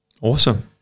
Awesome